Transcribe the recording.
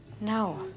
No